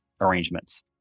arrangements